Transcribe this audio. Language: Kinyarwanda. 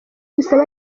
dusabe